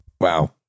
Wow